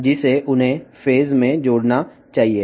ఇవి రెండూ ఫేస్ పరంగా కూడిక చేయాలి